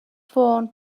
ffôn